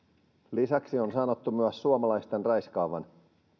lisäksi on sanottu myös suomalaisten raiskaavan